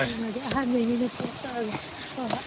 ꯌꯦꯡꯂꯒꯦ ꯑꯍꯥꯟꯕꯩꯅꯤꯅ ꯇꯦꯁ ꯇꯧꯔꯒꯦ ꯍꯣꯏ ꯍꯣꯏ